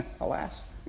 Alas